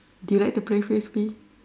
do you like to play Frisbee